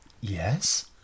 yes